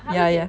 ya ya